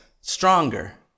stronger